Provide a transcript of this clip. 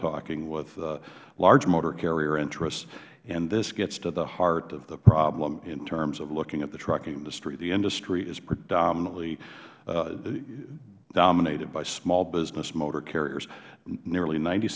talking with large motor carrier interest and this gets to the heart of the problem in terms of looking at the trucking industry the industry is predominantly dominated by small business motor carriers nearly ninety